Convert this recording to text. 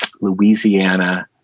Louisiana